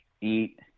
eat